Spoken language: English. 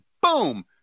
boom